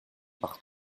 par